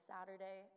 Saturday